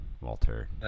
Walter